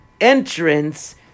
entrance